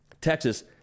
Texas